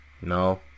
no